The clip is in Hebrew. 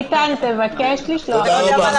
איתן, תבקש לשלוח לי לינק.